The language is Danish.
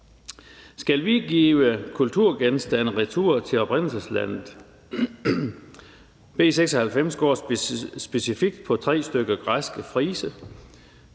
Skal vi sende kulturgenstande retur til oprindelseslandet? B 96 går specifikt på tre stykker af en græsk frise,